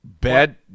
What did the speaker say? Bad